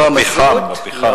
הפחם.